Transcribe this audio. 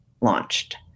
launched